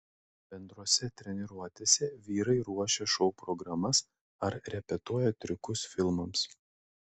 bendrose treniruotėse vyrai ruošia šou programas ar repetuoja triukus filmams